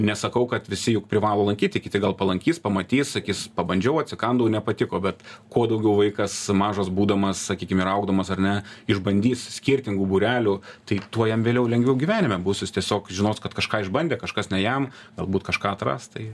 nesakau kad visi juk privalo lankyti kiti gal palankys pamatys sakys pabandžiau atsikandau nepatiko bet kuo daugiau vaikas mažas būdamas sakykim ir augdamas ar ne išbandys skirtingų būrelių tai tuo jam vėliau lengviau gyvenime bus jis tiesiog žinos kad kažką išbandė kažkas ne jam galbūt kažką atras tai